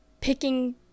picking